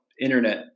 internet